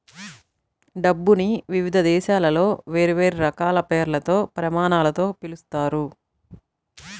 డబ్బుని వివిధ దేశాలలో వేర్వేరు రకాల పేర్లతో, ప్రమాణాలతో పిలుస్తారు